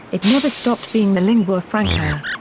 it never stopped being the lingua franca.